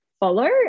follow